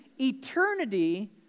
eternity